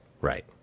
Right